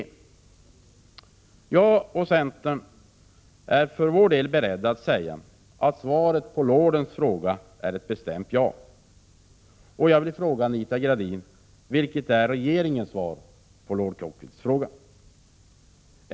Jag och centern är för vår del beredda att ge det beskedet till lorden att miljöoch hälsokraven kommer i första hand! Och jag vill fråga Anita Gradin: Vilket är regeringens svar?